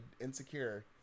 Insecure